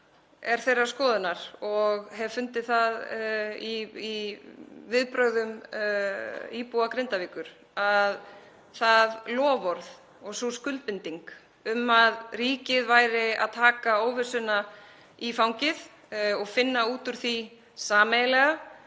er þeirrar skoðunar og hef fundið það í viðbrögðum íbúa Grindavíkur að það loforð og sú skuldbinding um að ríkið væri að taka óvissuna í fangið og finna út úr því sameiginlega,